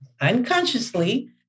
unconsciously